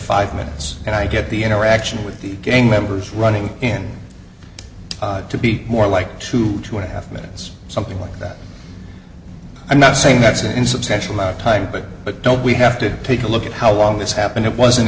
five minutes and i get the interaction with the gang members running in to be more like two to a half minutes or something like that i'm not saying that's an insubstantial amount of time but but don't we have to take a look at how long this happened it wasn't